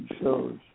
shows